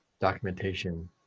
documentation